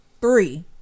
three